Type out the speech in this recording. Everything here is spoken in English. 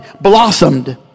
blossomed